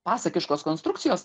pasakiškos konstrukcijos